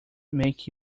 make